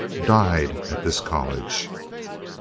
died at this college.